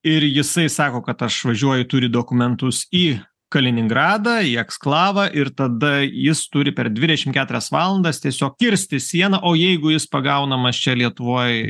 ir jisai sako kad aš važiuoju turi dokumentus į kaliningradą į eksklavą ir tada jis turi per dvidešimt keturias valandas tiesiog kirsti sieną o jeigu jis pagaunamas čia lietuvoj